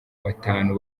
batanu